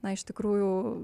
na iš tikrųjų